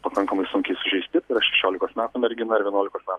pakankamai sunkiai sužeisti tai yra šešiolikos metų mergina ir vienuolikos metų